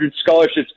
scholarships